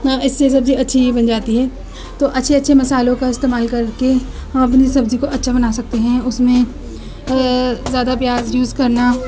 اس سے سبزی اچھی بھی بن جاتی ہے تو اچھے اچھے مصالحوں کا استعمال کر کے ہم اپنی سبزی کو اچھا بنا سکتے ہیں اس میں زیادہ پیاز یوز کرنا